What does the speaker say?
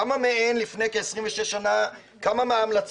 כמה מהן לפני כ-26 שנה מומשו?